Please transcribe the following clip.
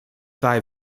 thy